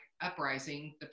Uprising